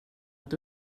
att